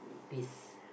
peace